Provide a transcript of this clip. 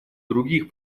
других